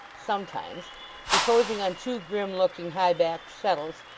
sometimes reposing on two grim-looking high-backed settles,